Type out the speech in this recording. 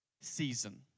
season